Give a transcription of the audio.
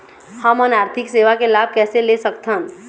हमन आरथिक सेवा के लाभ कैसे ले सकथन?